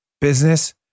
business